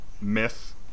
myth